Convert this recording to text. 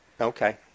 Okay